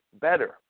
better